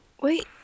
Wait